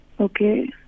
Okay